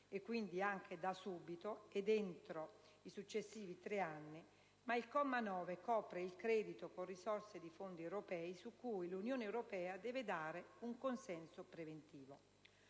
quindi anche da subito ed entro i successivi 3 anni; ma il comma 9 copre il credito con risorse di fondi europei su cui l'Unione europea deve dare un consenso preventivo.